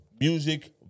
Music